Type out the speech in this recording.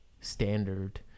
standard